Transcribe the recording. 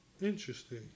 Interesting